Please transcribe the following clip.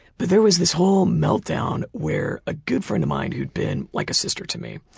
but there was this whole meltdown where a good friend of mine who'd been like a sister to me,